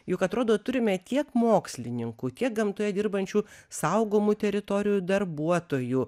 juk atrodo turime tiek mokslininkų tiek gamtoje dirbančių saugomų teritorijų darbuotojų